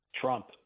Trump